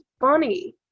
funny